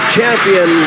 champion